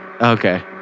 Okay